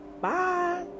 Bye